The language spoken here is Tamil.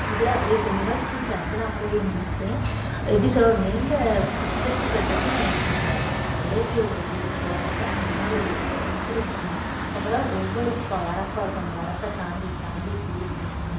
இதெல்லாம் அப்படே கொஞ்சமாவது க்யூட்டாக இருக்கும் நான் போயிருந்திருக்கேன் எப்படி சொல்ல ஒரு நெல்லை உற்பத்தி பண்றப்போ என் என்னோடய நான் ரிலேட்டிவ் வீட்டுக்கு போறப்போ அந்தமாதிரிக்கு கூட்டிட்டு போனாங்கள் அப்புறம் ஒவ்வொரு ப வரப்பாக இருக்கும் அந்த வரப்பை தாண்டி தாண்டி போய் குளிக்கணும்